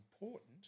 important